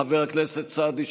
חבר הכנסת סעדי,